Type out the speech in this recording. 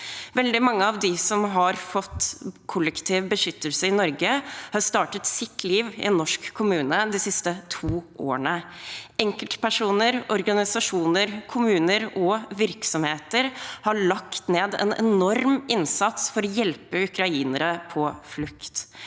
Veldig mange av dem som har fått kollektiv beskyttelse i Norge, har startet sitt liv i en norsk kommune de siste to årene. Enkeltpersoner, organisasjoner, kommuner og virksomheter har lagt ned en enorm innsats for å hjelpe ukrainere på flukt.